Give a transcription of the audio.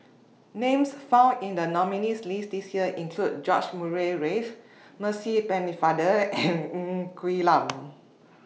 Names found in The nominees' list This Year include George Murray Reith Percy Pennefather and Ng Quee Lam